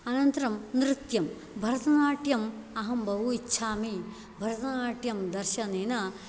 अनन्तरं नृत्यं भरतनाट्यम् अहं बहु इच्छामि भरतनाट्यं दर्शनेन